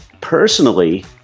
personally